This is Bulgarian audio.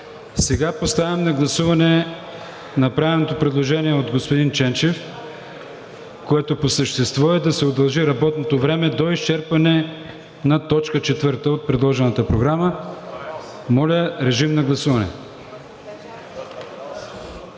Поставям на гласуване направеното предложение от господин Ченчев, което по същество е да се удължи работното време до изчерпване на точка четвърта от предложената програма. Гласували